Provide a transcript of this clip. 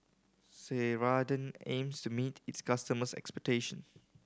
Ceradan aims to meet its customers' expectation